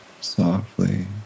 softly